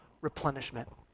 replenishment